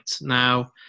Now